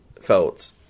felt